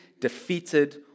defeated